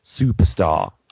Superstar